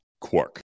quark